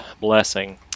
Blessing